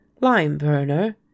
Lime-burner